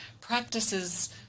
practices